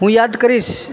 હું યાદ કરીશ